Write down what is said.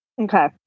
Okay